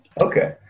Okay